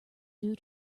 due